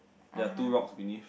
there are two rocks beneath